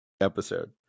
episode